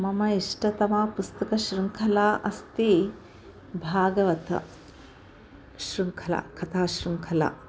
मम इष्टतमा पुस्तकशृङ्खला अस्ति भागवतशृङ्खला कथाशृङ्खला